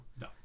no